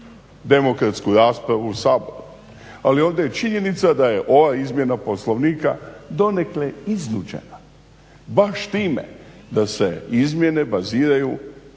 demokratsku raspravu u Saboru, ali ovdje je činjenica da je ova izmjena Poslovnika donekle iznuđena baš time da se izmjene baziraju